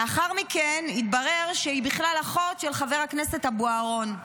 לאחר מכן התברר שהיא בכלל אחות של חבר הכנסת בוארון,